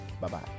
Bye-bye